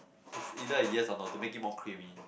is either a yes or no to make it more creamy